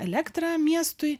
elektrą miestui